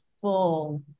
full